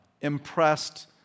impressed